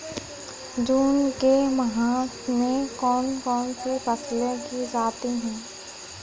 जून के माह में कौन कौन सी फसलें की जाती हैं?